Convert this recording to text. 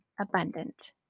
abundant